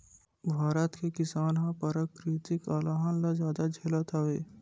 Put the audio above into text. भारत के किसान ह पराकिरितिक अलहन ल जादा झेलत हवय